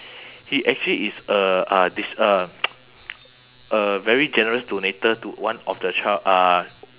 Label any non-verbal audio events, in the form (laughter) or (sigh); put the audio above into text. he actually is a uh this uh (noise) a very generous donator to one of the child~ uh